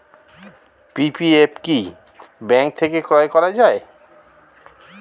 PPF কি bank থেকে ক্রয় করা যায়?